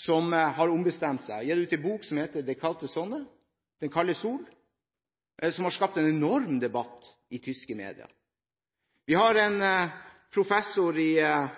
som har ombestemt seg og gitt ut en bok som heter «Die kalte Sonne» – «Den kalde sol» – som har skapt en enorm debatt i tyske medier. Vi har en professor, en nobelprisvinner i